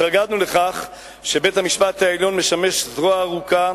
התרגלנו לכך שבית-המשפט העליון משמש זרוע ארוכה